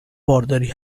بارداری